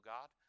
God